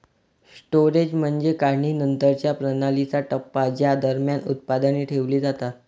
storage म्हणजे काढणीनंतरच्या प्रणालीचा टप्पा ज्या दरम्यान उत्पादने ठेवली जातात